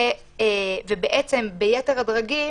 ובעצם ביתר הדרגים